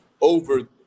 over